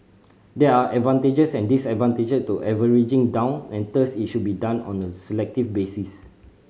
there are advantages and disadvantage to averaging down and thus it should be done on a selective basis